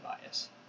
bias